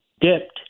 dipped